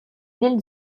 ville